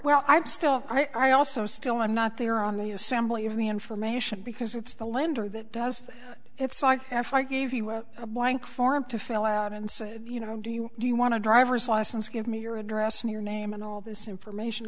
well i'm still i also still i'm not there on the assembly of the information because it's the lender that does it it's like if i gave you a blank form to fill out and say you know do you do you want to driver's license give me your address and your name and all this information